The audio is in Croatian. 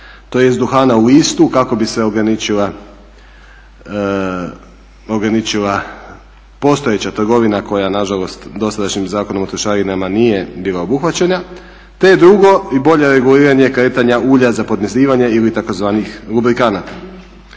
tj. duhana u istu kako bi se ograničila postojeća trgovina koja nažalost dosadašnjim Zakonom o trošarinama nije bila obuhvaćena. Te drugo i bolje reguliranje kretanja ulja za podmazivanje ili tzv. lubrikanata.